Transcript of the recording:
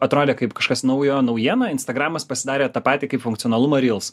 atrodė kaip kažkas naujo naujiena instagramas pasidarė tą patį kaip funkcionalumą rils